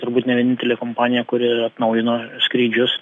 turbūt ne vienintelė kompanija kuri atnaujino skrydžius